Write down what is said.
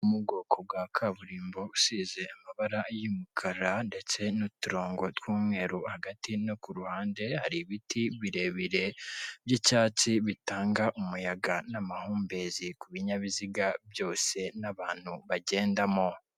Mu bwoko bwa kaburimbo usize amabara y'umukara ndetse n'uturongo tw'umweru hagati no kuruhande hari ibiti birebire byicyatsi bitanga umuyaga n'amahumbezi kubinyabiziga byose n'abantu bagendamo.